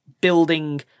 building